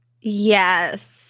Yes